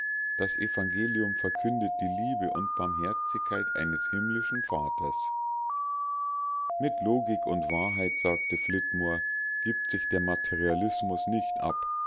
das evangelium verkündigt die liebe und barmherzigkeit eines himmlischen vaters mit logik und wahrheit sagte flitmore gibt sich der materialismus nicht ab